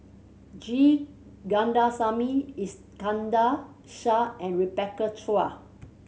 G Kandasamy Iskandar Shah and Rebecca Chua